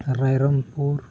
Rairangpur